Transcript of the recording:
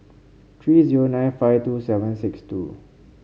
three zero nine five two seven six two